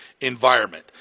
environment